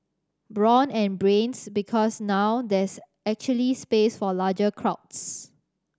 brawn and Brains Because now there's actually space for larger crowds